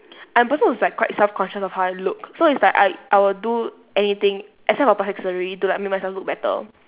I'm a person who's like quite self conscious of how I look so it's like I I will do anything except for plastic surgery to like make myself look better